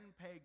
pay